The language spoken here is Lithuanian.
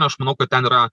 aš manau kad ten yra